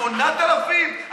8000?